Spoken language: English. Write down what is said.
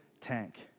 tank